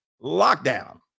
lockdown